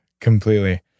completely